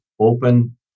open